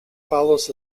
follows